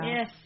Yes